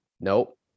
Nope